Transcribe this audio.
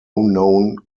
known